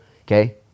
Okay